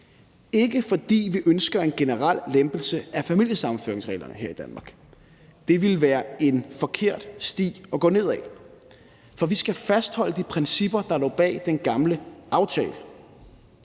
ikke fordi vi ønsker en generel lempelse af familiesammenføringsreglerne her i Danmark. Det ville være en forkert sti at gå ned ad, for vi skal fastholde de principper, der lå bag den gamle aftale,